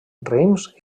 reims